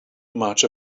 much